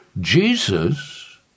Jesus